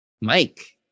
Mike